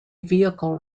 vehicle